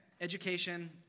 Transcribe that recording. education